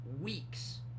weeks